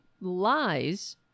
lies